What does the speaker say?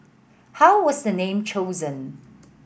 how was the name chosen